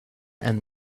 and